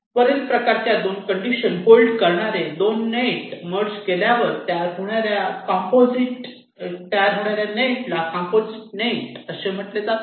वरील प्रकारच्या 2 condition hold करणारे 2 नेट मर्जर केल्यावर तयार होणाऱ्या नेटला कंपोझिट नेट असे म्हटले जाते